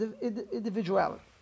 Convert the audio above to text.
individuality